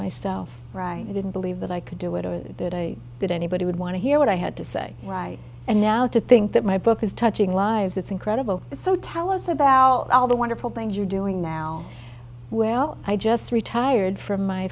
myself right i didn't believe that i could do it or that anybody would want to hear what i had to say right and now to think that my book is touching lives it's incredible so tell us about all the wonderful things you're doing now well i just retired from my